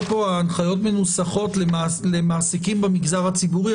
פה שההנחיות מנוסחות למעסיקים במגזר הציבורי,